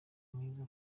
mwiza